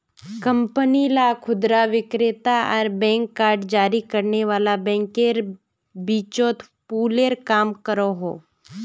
company ला खुदरा विक्रेता आर बैंक कार्ड जारी करने वाला बैंकेर बीचोत पूलेर काम करोहो